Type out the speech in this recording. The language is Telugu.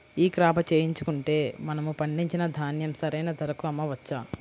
ఈ క్రాప చేయించుకుంటే మనము పండించిన ధాన్యం సరైన ధరకు అమ్మవచ్చా?